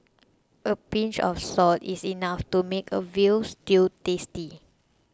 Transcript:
a pinch of salt is enough to make a Veal Stew tasty